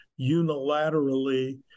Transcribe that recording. unilaterally